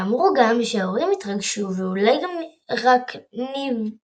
ואמרו גם שההורים התגרשו ואולי רק נפרדו.